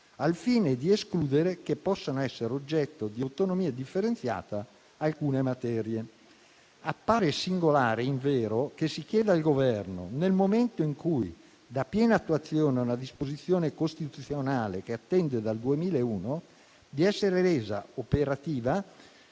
al fine di escludere che alcune materie possano essere oggetto di autonomia differenziata. Appare singolare invero che si chieda al Governo, nel momento in cui dà piena attuazione a una disposizione costituzionale che attende dal 2001 di essere resa operativa,